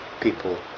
people